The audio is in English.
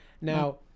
Now